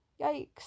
yikes